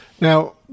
Now